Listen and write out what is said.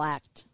Act